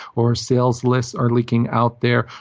or sales lists are leaking out there,